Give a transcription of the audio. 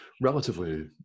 relatively